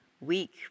week